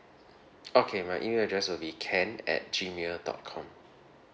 okay my email address will be ken at gmail dot com